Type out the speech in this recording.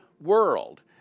world